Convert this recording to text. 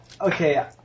okay